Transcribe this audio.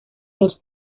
dos